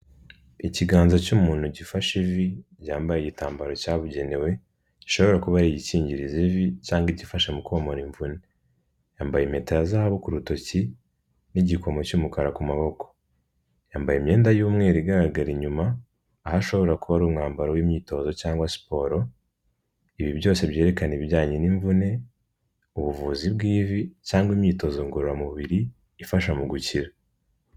Ikiganza cy'umuntu gifashe ivi, yambaye igitambaro cyabugenewe, gishobora kuba ari igikingiririza ivi, cyangwa igifasha mu komora imvune, yambaye impeta ya zahabu ku rutoki, n'igikomo cy'mukara ku maboko, yambaye imyenda y'umweru igaragara inyuma, aho ashobora kuba ari umwambaro w'imyitozo cyangwa siporo, ibi byose byerekana ibijyanye n'imvune, ubuvuzi bw'ivi, cyangwa imyitozo ngororamubiri, ifasha mu gukira.